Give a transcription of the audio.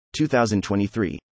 2023